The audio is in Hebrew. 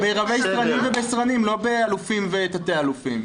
ברבי-סרנים ובסרנים, לא באלופים ותתי-אלופים.